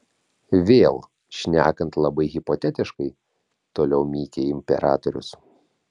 vėl šnekant labai hipotetiškai toliau mykė imperatorius